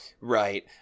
right